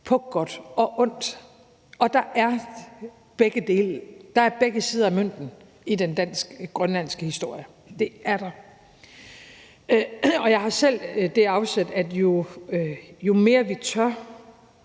er begge dele. Der er begge sider af mønten i den dansk-grønlandske historie. Det er der. Jeg har selv det udgangspunkt, at jo mere vi tør